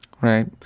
right